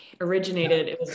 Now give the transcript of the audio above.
originated